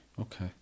Okay